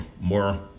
more